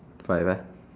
five uh